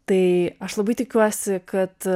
tai aš labai tikiuosi kad